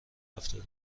هفتاد